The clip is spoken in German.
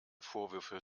vorwürfe